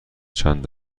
چند